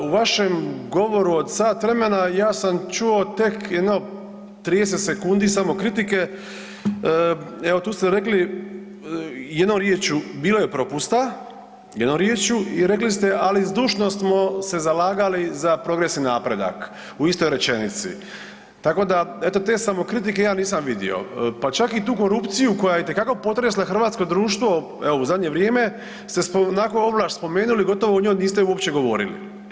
U vašem govoru od sat vremena ja sam čuo tek jedno 30 sekundi samokritike, evo tu ste rekli jednom riječju bilo je propusta jednom riječju, ali zdušno smo se zalagali za progresivni napredak u istoj rečenici, tako da eto te samokritike ja nisam vidio pa čak i tu korupciju koja je itekako potresla hrvatsko društvo evo u zadnje vrijeme ste onako ovlaš spomenuli gotovo o njoj uopće niste govorili.